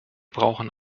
brauchen